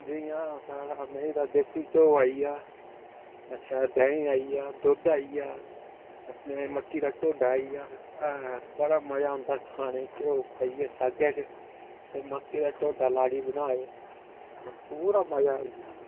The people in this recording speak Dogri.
जियां असें मेंही दा देसी घ्यो आई गेआ अच्छा देहीं आई गेआ दुद्ध आई गेआ अपने मक्की दा टोडा आई गेआ बड़ा मजा आंदा खाने गी घ्यो पाइयै सागे च ते मक्कै दा टोडा लाड़ी बनाए पूरा मजा आई जन्दा